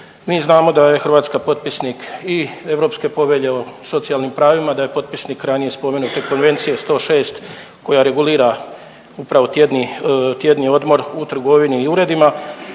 Mi znamo da je Hrvatska potpisnik i Europske povelje o socijalnim pravima, da je potpisnik ranije spomenute Konvencije 106 koja regulira upravo tjedni odmor u trgovini i uredima